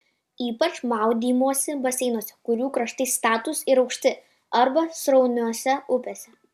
ypač maudymosi baseinuose kurių kraštai statūs ir aukšti arba srauniose upėse